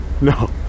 No